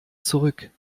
zurück